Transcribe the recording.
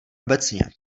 obecně